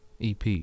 EP